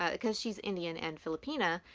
ah because she's indian and filipina,